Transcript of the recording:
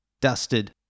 Dusted